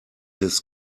his